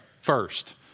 First